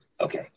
Okay